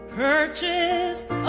purchased